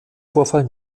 vorfall